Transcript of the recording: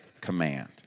command